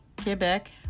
Quebec